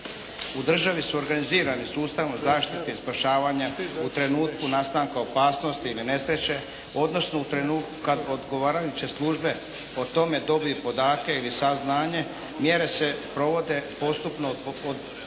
U državi su organizirani sustavom zaštite i spašavanja u trenutku nastanka opasnosti ili nesreće, odnosno u trenutku kad odgovarajuće službe o tome dobiju podatke ili saznanje mjere se provode postupno od općine